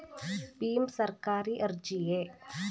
ಭೀಮ್ ಸರ್ಕಾರಿ ಅರ್ಜಿಯೇ?